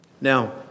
Now